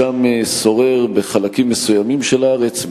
ששם שוררת בחלקים מסוימים של הארץ,